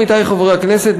עמיתי חברי הכנסת,